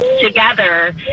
together